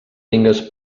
tingues